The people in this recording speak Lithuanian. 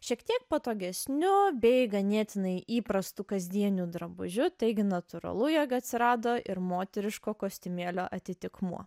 šiek tiek patogesniu bei ganėtinai įprastu kasdieniu drabužiu taigi natūralu jog atsirado ir moteriško kostiumėlio atitikmuo